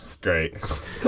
Great